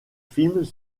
films